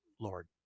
lord